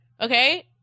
Okay